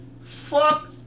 fuck